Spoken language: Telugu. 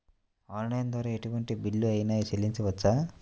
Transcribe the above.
ఆన్లైన్ ద్వారా ఎటువంటి బిల్లు అయినా చెల్లించవచ్చా?